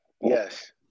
Yes